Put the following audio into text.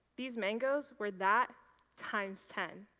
these mangos were that times ten.